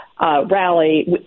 rally